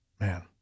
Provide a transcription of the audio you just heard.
Man